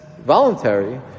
voluntary